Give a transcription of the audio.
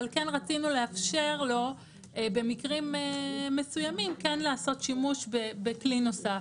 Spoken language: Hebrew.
כן רצינו לאפשר לו במקרים מסוימים כן לעשות שימוש בכלי נוסף,